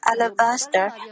alabaster